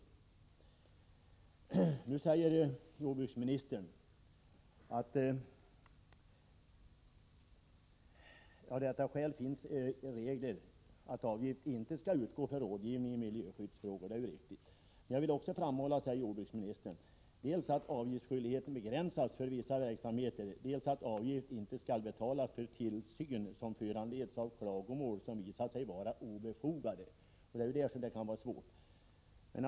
Nu säger jordbruksministern: ”Av detta skäl finns regler att avgift inte skall utgå för rådgivning i miljöskyddsfrågor.” Det är ju riktigt. ”Jag vill också framhålla”, säger jordbruksministern, ”dels att avgiftsskyldigheten begränsats för vissa verksamheter, dels att avgift inte skall betalas för tillsyn som föranleds av klagomål som visar sig vara obefogade.” Det är ju detta som kan vara svårt att avgöra.